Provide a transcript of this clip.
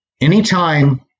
anytime